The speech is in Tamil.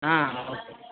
ஆ ஓகே